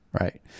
right